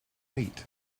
wait